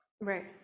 right